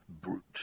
Brute